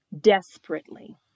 desperately